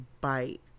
bite